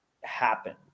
happen